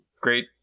Great